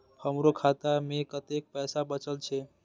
हमरो खाता में कतेक पैसा बचल छे?